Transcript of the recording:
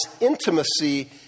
intimacy